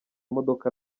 imodoka